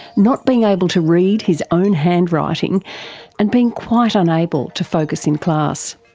not being able to read his own handwriting and being quite unable to focus in class.